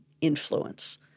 influence